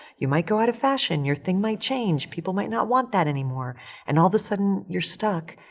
you might go out of fashion, your thing might change, people might not want that anymore and all of a sudden you're stuck.